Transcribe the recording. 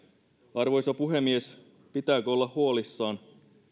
arvoisa puhemies pitääkö olla huolissaan